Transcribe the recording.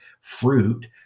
fruit